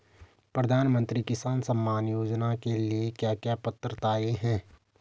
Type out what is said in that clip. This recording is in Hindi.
प्रधानमंत्री किसान सम्मान योजना के लिए क्या क्या पात्रताऐं हैं?